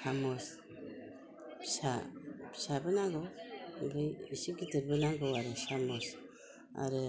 साम'स फिसा फिसाबो नांगौ ओमफ्राय एसे गिदोरबो नांगौ आरो साम'स आरो